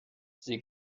sie